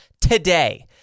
today